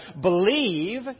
believe